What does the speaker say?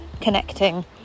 connecting